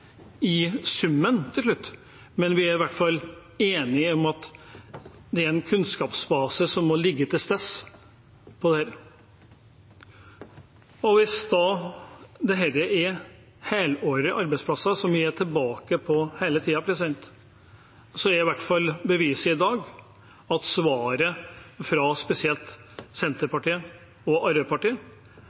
i summen til slutt, men vi er i hvert fall enige om at det må være en kunnskapsbase til stede. Hvis da dette er helårige arbeidsplasser, som vi kommer tilbake til hele tiden, er i hvert fall beviset i dag at svaret fra spesielt Senterpartiet og Arbeiderpartiet